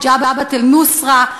"ג'בהת א-נוסרה",